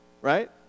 right